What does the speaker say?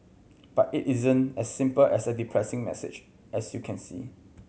but it isn't as simple as a depressing message as you can see